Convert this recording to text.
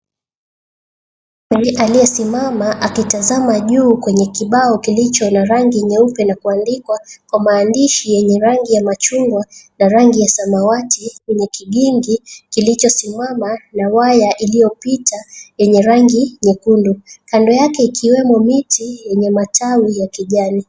Mwanamume aliyesimama akitizama juu kwenye kibao kilicho na rangi nyeupe na kuandikwa kwa maandishi yenye rangi ya machungwa na rangi ya samawati kwenye kigingi kilichosimama na waya iliyopita yenye rangi nyekundu kando yake ikiwemo miti yenye matawi ya kijani.